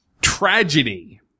tragedy